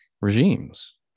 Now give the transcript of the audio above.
regimes